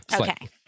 Okay